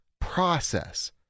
process